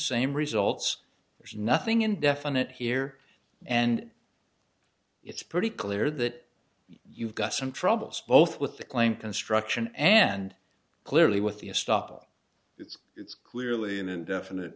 same results there's nothing indefinite here and it's pretty clear that you've got some troubles both with the claim construction and clearly with the estoppel it's it's clearly an indefinite